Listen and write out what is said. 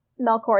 Melkor